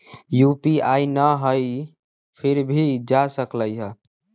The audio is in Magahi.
यू.पी.आई न हई फिर भी जा सकलई ह?